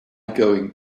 going